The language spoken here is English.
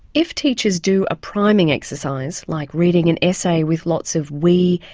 if teachers do a priming exercise like reading an essay with lots of we,